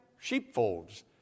sheepfolds